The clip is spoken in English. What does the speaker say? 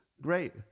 great